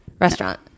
restaurant